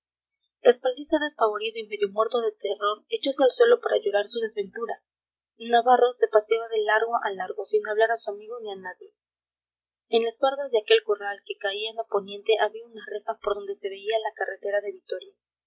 respaldiza despavorido y medio muerto de terror echose al suelo para llorar su desventura navarro se paseaba de largo a largo sin hablar a su amigo ni a nadie en las bardas de aquel corral que caían a poniente había unas rejas por donde se veía la carretera de vitoria